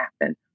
happen